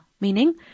Meaning